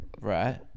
right